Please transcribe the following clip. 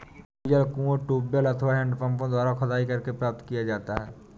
भूजल कुओं, ट्यूबवैल अथवा हैंडपम्पों द्वारा खुदाई करके प्राप्त किया जाता है